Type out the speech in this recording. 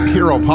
Hero